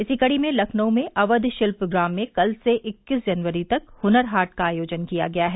इसी कड़ी में लखनऊ में अवध शिल्पग्राम में कल से इक्कीस जनवरी तक हुनर हाट का आयोजन किया गया है